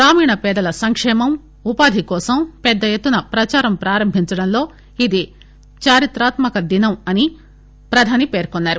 గ్రామీణ పేదల సంకేమం ఉపాధి కోసం పెద్ద ఎత్తున ప్రచారం ప్రారంభించడంలో ఇది చారిత్రాత్మక దినం అని ప్రధాని పేర్కొన్పారు